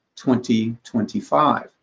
2025